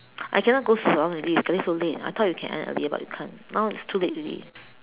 I cannot go so long already it's getting so late I thought we can end earlier but we can't now it's too late already